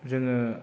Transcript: जोङो